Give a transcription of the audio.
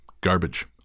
garbage